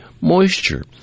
moisture